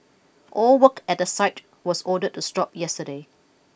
all work at the site was ordered to stop yesterday